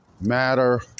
matter